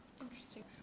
Interesting